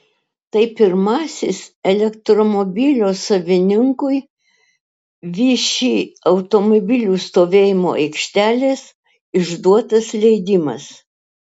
tai pirmasis elektromobilio savininkui všį automobilių stovėjimo aikštelės išduotas leidimas